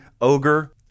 ogre